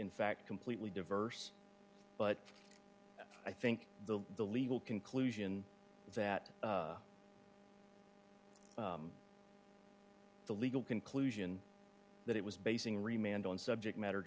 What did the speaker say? in fact completely diverse but i think the the legal conclusion is that the legal conclusion that it was basing remained on subject matter